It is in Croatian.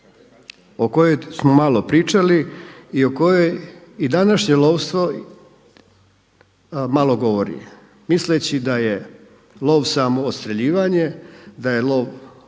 o kojoj smo malo pričali i o kojoj i današnje lovstvo malo govori misleći da je lov samo odstrjeljivanje, da je lov